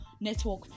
network